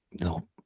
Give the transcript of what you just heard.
no